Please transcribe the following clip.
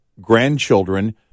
grandchildren